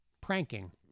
pranking